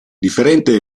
differente